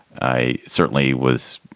i certainly was,